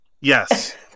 Yes